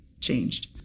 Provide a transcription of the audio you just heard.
changed